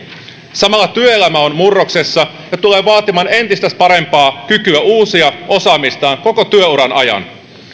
samalla työelämä on murroksessa ja tulee vaatimaan entistä parempaa kykyä uusia osaamistaan koko työuran ajan